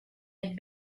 had